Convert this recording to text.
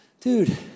dude